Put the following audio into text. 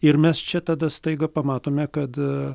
ir mes čia tada staiga pamatome kad